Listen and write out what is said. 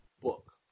book